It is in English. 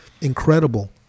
incredible